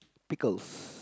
pickles